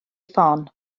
ffon